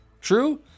True